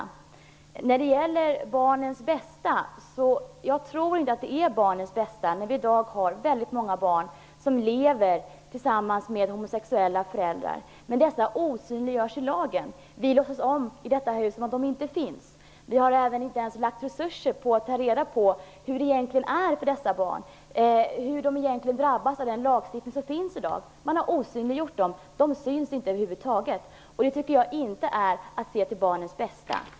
Jag tror inte att det alltid är barnens bästa som styr. Väldigt många barn lever i dag tillsammans med homosexuella föräldrar, men dessa barn osynliggörs i lagen. Vi låtsas i detta hus som om de inte finns. Vi har inte ens avsatt resurser för att ta reda på hur dessa barn egentligen har det, hur de egentligen drabbas av den lagstiftning som finns i dag. Vi har osynliggjort dem. De syns inte över huvud taget, och det tycker jag inte är att se till barnens bästa.